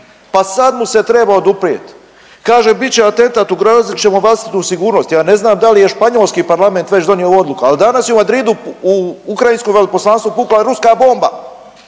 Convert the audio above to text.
Pa sad mu se treba oduprijet. Kaže bit će atentat ugrozit ćemo vlastitu sigurnost, ja ne znam da li je Španjolski parlament već donio odluku, ali danas je u Madridu u Ukrajinskom veleposlanstvu pukla ruska bomba.